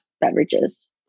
beverages